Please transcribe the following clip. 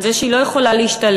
על זה שהיא לא יכולה להשתלב,